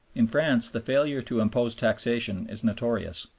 in france the failure to impose taxation is notorious.